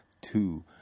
two